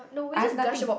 I have nothing